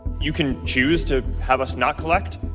you can choose to have us not collect,